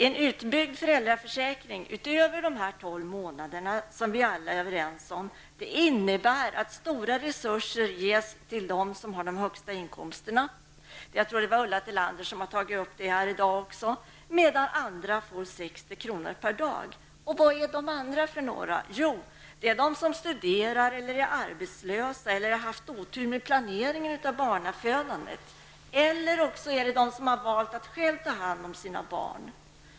En utbyggd föräldraförsäkring utöver de tolv månader som vi alla är överens om innebär att stora resurser ges till dem som har de högsta inkomsterna -- jag tror att det var Ulla Tillander som tog upp detta i dag -- medan andra får 60 kr. per dag. Vilka är då dessa andra? Jo, det är de som studerar, är arbetslösa eller har haft otur med planeringen av barnafödandet, eller de som har valt att själva ta hand som sina barn.